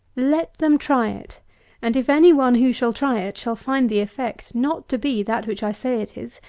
let them try it and if any one, who shall try it, shall find the effect not to be that which i say it is,